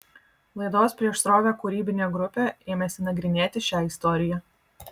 laidos prieš srovę kūrybinė grupė ėmėsi nagrinėti šią istoriją